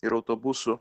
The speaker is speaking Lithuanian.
ir autobusų